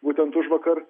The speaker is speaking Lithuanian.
būtent užvakar